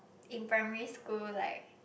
in primary school like